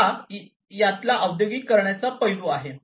तर हा यातला औद्योगीकरणाचा पैलू आहे